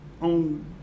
on